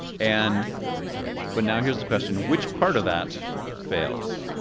and but now here's the question which part of that fails?